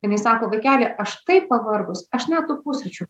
jinai sako vaikeli aš taip pavargus aš net tų pusryčių